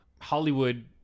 Hollywood